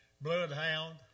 Bloodhound